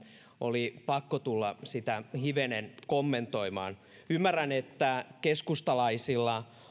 oli pakko tulla sitä hivenen kommentoimaan ymmärrän että keskustalaisilla